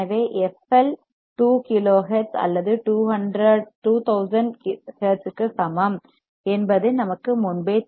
L fL 2 kilo hertz அல்லது 2000 ஹெர்ட்ஸுக்கு சமம் என்பது நமக்கு முன்பே தெரியும்